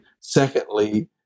Secondly